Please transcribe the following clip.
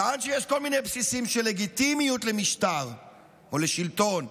טען שיש כל מיני בסיסים של לגיטימיות למשטר או לשלטון.